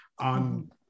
on